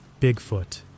Bigfoot